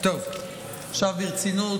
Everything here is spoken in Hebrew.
טוב, עכשיו ברצינות.